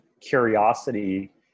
curiosity